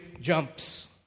jumps